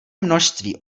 množství